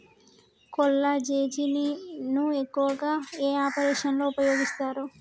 కొల్లాజెజేని ను ఎక్కువగా ఏ ఆపరేషన్లలో ఉపయోగిస్తారు?